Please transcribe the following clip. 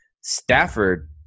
Stafford